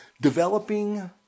Developing